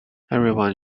everyone